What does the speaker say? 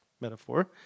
metaphor